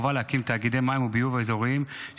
חוק תאגידי מים וביוב (תיקון מס' 17),